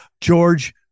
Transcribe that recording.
George